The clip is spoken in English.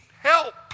help